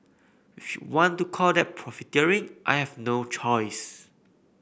if you want to call that profiteering I have no choice